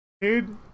dude